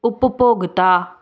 ਉਪਭੋਗਤਾ